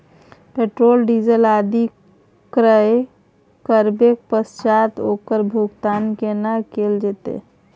Petrol, diesel आदि क्रय करबैक पश्चात ओकर भुगतान केना कैल जेतै?